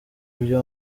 ibyo